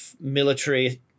military